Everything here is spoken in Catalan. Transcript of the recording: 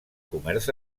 comerç